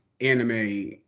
anime